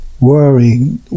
worrying